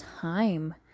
time